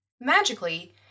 Magically